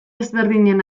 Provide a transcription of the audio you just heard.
ezberdinen